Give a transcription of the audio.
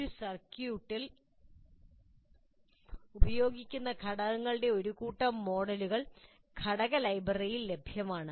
ഒരു സർക്യൂട്ടിൽ ഉപയോഗിക്കുന്ന ഘടകങ്ങളുടെ ഒരു കൂട്ടം മോഡലുകൾ ഘടക ലൈബ്രറിയിൽ ലഭ്യമാണ്